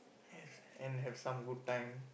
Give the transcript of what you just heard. a~ and have some good time